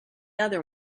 other